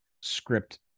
script